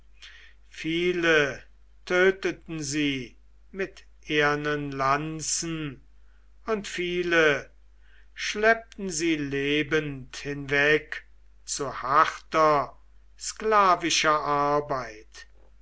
viele töteten sie mit ehernen lanzen und viele schleppten sie lebend hinweg zu harter sklavischer arbeit